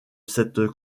cette